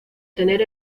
tener